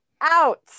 out